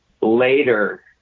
later